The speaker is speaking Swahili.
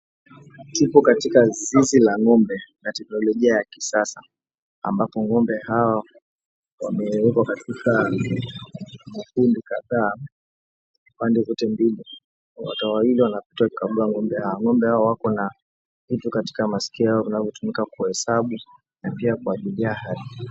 Tupo katika zizi la ng'ombe la kiteknolojia ya kisasa ambapo ng'ombe hawa wamewekwa katika makundi kadhaa pande zote mbili. Watu wawili wanaopita kukagua ng'ombe hawa. Ng'ombe hawa wako na vitu katika masikio yao vinavyotumika kuhesabu na pia kuwajulia hali.